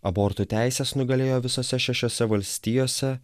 abortų teisės nugalėjo visose šešiose valstijose